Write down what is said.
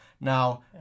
Now